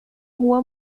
rua